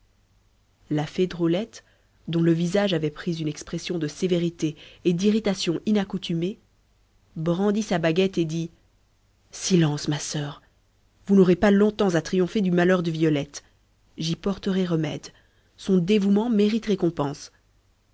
la fée drôlette dont le visage avait pris une expression de sévérité et d'irritation inaccoutumée brandit sa baguette et dit silence ma soeur vous n'aurez pas longtemps à triompher du malheur de violette j'y porterai remède son dévouement mérite récompense